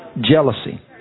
Jealousy